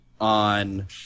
on